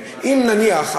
נניח,